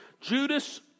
Judas